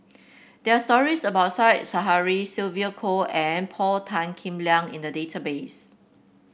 there are stories about Said Zahari Sylvia Kho and Paul Tan Kim Liang in the database